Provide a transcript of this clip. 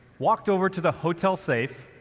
walked over to the hotel safe,